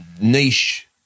niche